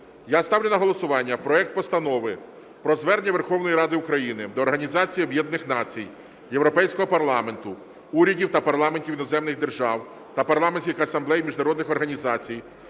я ставлю на голосування проект Постанови про Звернення Верховної Ради України до Організації Об'єднаних Націй, Європейського Парламенту, урядів та парламентів іноземних держав та парламентських асамблей міжнародних організацій